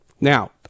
now